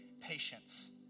patience